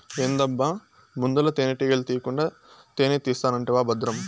ఏందబ్బా ముందల తేనెటీగల తీకుండా తేనే తీస్తానంటివా బద్రం